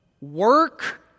work